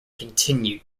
continued